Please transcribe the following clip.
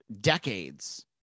decades